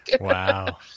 Wow